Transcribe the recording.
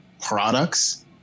products